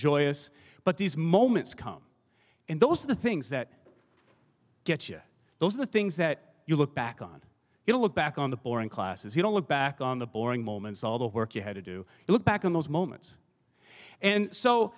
joyous but these moments come and those are the things that get you those are the things that you look back on you don't look back on the boring classes you don't look back on the boring moments all the work you had to do you look back on those moments and so